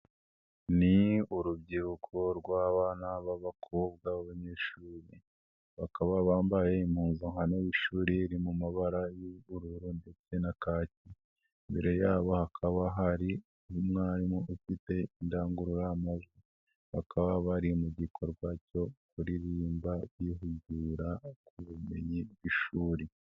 Ni urubyiruko rw'abana b'abakobwa b'abanyeshuri. Bakaba bambaye impuzankano y'ishuri, iri mu mabara y'ubururu ndetse na kaki. Imbere yabo hakaba hari n'umwarimu ufite indangururamujwi. Bakaba bari mu gikorwa cyo kuririmba, bihugura ku bumenyi bw'ishuri.